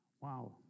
Wow